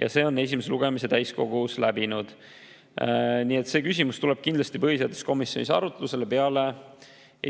ja see on esimese lugemise täiskogus läbinud. See küsimus tuleb kindlasti põhiseaduskomisjonis arutlusele peale